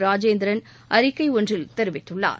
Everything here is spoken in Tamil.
ராஜேந்திரள் அறிக்கை ஒன்றில் தெரிவித்துள்ளார்